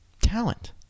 Talent